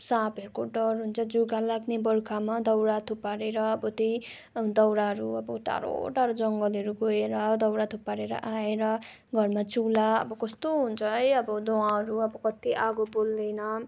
साँपहरूको डर हुन्छ जुका लाग्ने बर्खामा दाउरा थुपारेर अब त्यही दाउराहरू अब टाढो टाढो जङ्गलहरू गएर दाउरा थुपारेर आएर घरमा चुला अब कस्तो हुन्छ है अब धुँवाहरू अब कति आगो बल्दैन